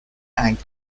and